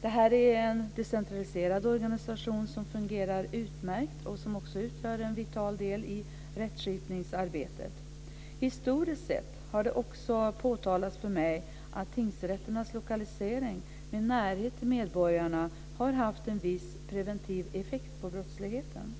Det är en decentraliserad organisation som fungerar utmärkt och som utgör en vital del i rättskipningsarbetet. Det har också påtalas för mig att tingsrätternas lokalisering med närhet till medborgarna historiskt sett har haft en viss preventiv effekt på brottsligheten.